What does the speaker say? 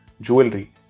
jewelry